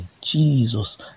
Jesus